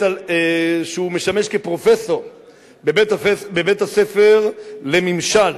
שמשמש כפרופסור בבית-הספר לממשל,